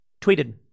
tweeted